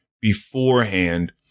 beforehand